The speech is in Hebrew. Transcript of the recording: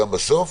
מכל סוג.